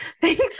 Thanks